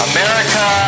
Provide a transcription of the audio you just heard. America